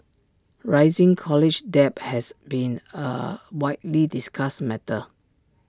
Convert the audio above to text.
rising college debt has been A widely discussed matter